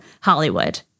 Hollywood